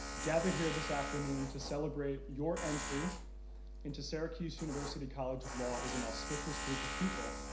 gathered here this afternoon to celebrate your entry into syracuse university college of law is an auspicious group of people.